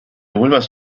vuelvas